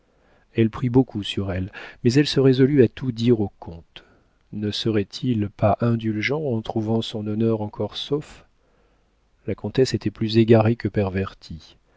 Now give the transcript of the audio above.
elle prit beaucoup sur elle mais elle se résolut à tout dire au comte ne serait-il pas indulgent en trouvant son honneur encore sauf la comtesse était plus égarée que pervertie